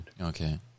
Okay